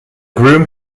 groom